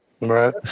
Right